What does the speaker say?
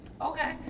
Okay